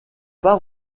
pas